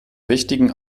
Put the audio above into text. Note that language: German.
wichtigen